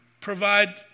provide